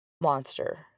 monster